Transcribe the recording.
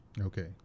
Okay